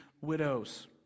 widows